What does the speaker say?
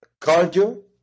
cardio